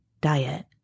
diet